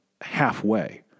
halfway